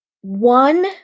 one